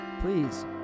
please